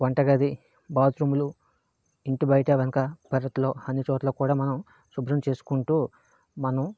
వంటగది బాత్రూమ్లు ఇంటి బయట వెనుక పెరట్లో అన్ని చోట్లా కూడా మనం శుభ్రం చేసుకుంటూ మనం